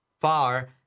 far